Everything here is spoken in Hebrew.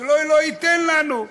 שלא לא ייתן לנו.